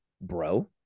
bro